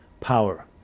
power